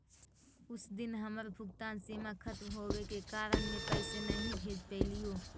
उस दिन हमर भुगतान सीमा खत्म होवे के कारण में पैसे नहीं भेज पैलीओ